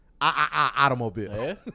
automobile